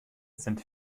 sind